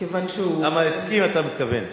למה הסכים, אתה מתכוון.